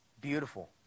beautiful